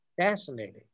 fascinating